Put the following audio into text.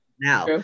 now